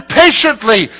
patiently